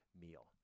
meal